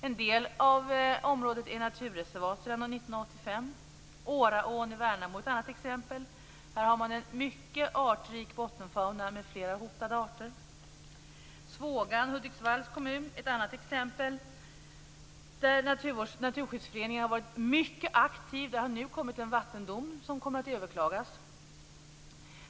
En del av området är naturreservat sedan år 1985. Årån, Värnamo, är ett annat exempel. Här har man en mycket artrik bottenfauna med flera hotade arter. Svågan, Hudiksvalls kommun, är ett annat exempel, där Naturskyddsföreningen har varit mycket aktiv. Det har nu kommit en vattendom, som kommer att överklagas.